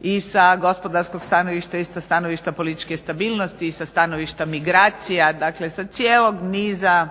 i sa gospodarskog stanovišta i sa stanovišta političke stabilnosti i sa stanovišta migracija. Dakle, sa cijelog niza,